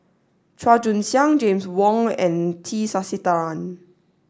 Chua Joon Siang James Wong and T Sasitharan